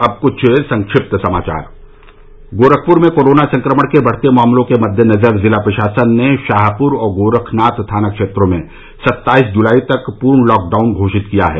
और अब कुछ संक्षिप्त समाचार गोरखपुर में कोरोना संक्रमण के बढ़ते मामलो के मद्देनजर जिला प्रशासन ने शाहपुर और गोरखनाथ थाना क्षेत्रों में सत्ताईस जुलाई तक पूर्ण लॉकडाउन घोषित किया है